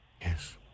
Yes